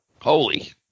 Holy